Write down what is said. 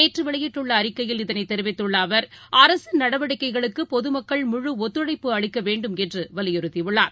நேற்றுவெளியிட்டுள்ளஅறிக்கையில் இதனைதெரிவித்துள்ளஅவர் அரசின் நடவடிக்கைகளுக்குபொதுமக்கள் முழு ஒத்துழைப்பு அளிக்கவேண்டும் என்றுவலியுறுத்தியுள்ளார்